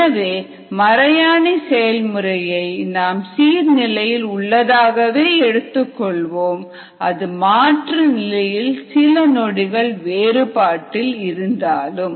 எனவே மறையாணி செயல்முறையை நாம் சீர் நிலையில் உள்ளதாக எடுத்துக் கொள்வோம் அது மாற்ற நிலையில் சில நொடிகள் வேறுபாட்டில் இருந்தாலும்